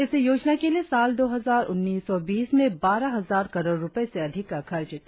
इस योजना के लिए साल दो हजार उन्नीस बीस में बारह हजार करोड़ रुपये से अधिक का खर्च तय किया गया है